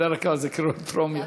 בדרך כלל זה קריאות טרומיות.